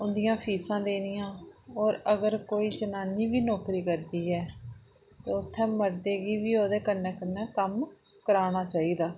उं'दियां फीसां देनियां होर अगर कोई जनानी बी नौकरी करदी ऐ ते उत्थै मर्दे गी बी ओह्दे कन्नै कन्नै कम्म कराना चाहिदा